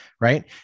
right